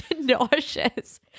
Nauseous